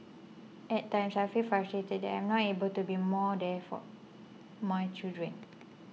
at times I feel frustrated that I am not able to be more there for my children